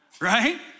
right